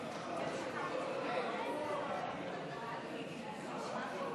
אני רוצה להתייחס לפשע הנוראי שקרה ברמת